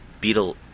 Beetle